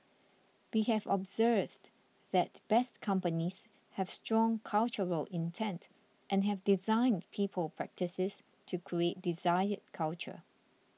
we have observed that Best Companies have strong cultural intent and have designed people practices to create desired culture